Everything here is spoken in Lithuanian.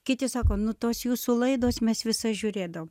kiti sako nu tos jūsų laidos mes visas žiūrėdavom